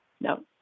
No